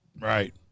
Right